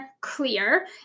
clear